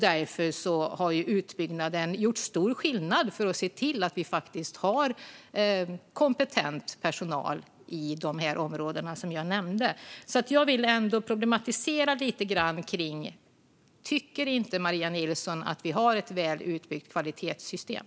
Därför har utbyggnaden gjort stor skillnad när det gäller att se till att vi faktiskt har kompetent personal i de områden som jag nämnde. Jag vill alltså problematisera lite grann. Tycker inte Maria Nilsson att vi har ett väl utbyggt kvalitetssystem?